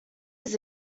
his